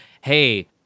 hey –